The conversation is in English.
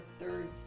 third